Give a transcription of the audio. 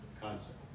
concept